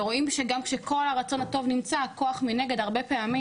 ורואים שגם כשכל הרצון הטוב נמצא הכוח מנגד הרבה פעמים